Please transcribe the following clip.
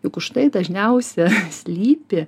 juk už tai dažniausia slypi